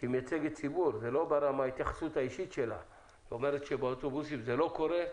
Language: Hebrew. שמייצגת ציבור אומרת שבאוטובוסים זה לא קורה,